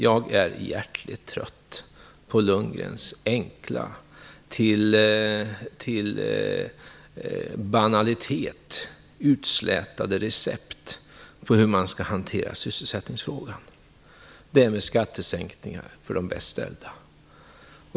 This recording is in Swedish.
Jag är hjärtligt trött på Bo Lundgrens enkla, till banalitet utslätade recept på hur man skall hantera sysselsättningsfrågan - det där med skattesänkningar för de bäst ställda.